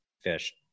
fish